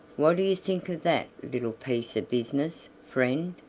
what do you think of that little piece of business, friend?